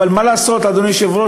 אבל מה לעשות, אדוני היושב-ראש?